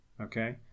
okay